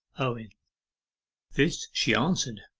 owen this she answered,